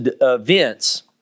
events